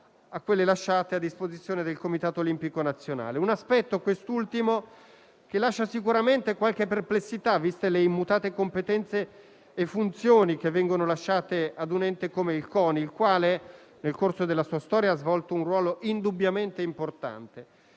a quelle lasciate a disposizione del Comitato olimpico nazionale italiano. Quest'ultimo aspetto lascia sicuramente qualche perplessità, viste le immutate competenze e funzioni che vengono lasciate a un ente come il CONI, il quale nel corso della sua storia ha svolto un ruolo indubbiamente importante.